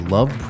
Love